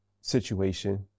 situation